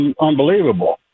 unbelievable